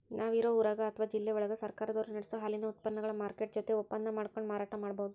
ನಾವ್ ಇರೋ ಊರಾಗ ಅತ್ವಾ ಜಿಲ್ಲೆವಳಗ ಸರ್ಕಾರದವರು ನಡಸೋ ಹಾಲಿನ ಉತ್ಪನಗಳ ಮಾರ್ಕೆಟ್ ಜೊತೆ ಒಪ್ಪಂದಾ ಮಾಡ್ಕೊಂಡು ಮಾರಾಟ ಮಾಡ್ಬಹುದು